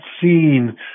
seen